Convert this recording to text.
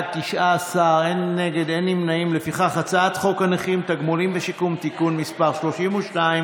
ההצעה להעביר את הצעת חוק הנכים (תגמולים ושיקום) (תיקון מס' 32)